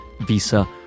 Visa